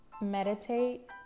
Meditate